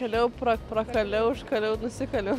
kaliau pra prakaliau užkaliau nusikaliau